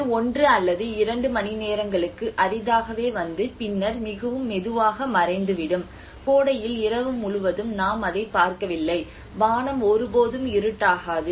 இது ஒன்று அல்லது இரண்டு மணிநேரங்களுக்கு அரிதாகவே வந்து பின்னர் மிகவும் மெதுவாக மறைந்துவிடும் கோடையில் இரவு முழுவதும் நாம் அதைப் பார்க்கவில்லை வானம் ஒருபோதும் இருட்டாகாது